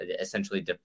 essentially